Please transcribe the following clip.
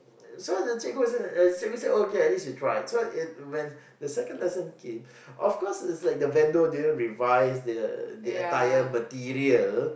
so the cikgu is like the cikgu say okay at least you tried so it when the second lesson came of course is like the vendor didn't revise the the entire material